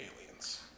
aliens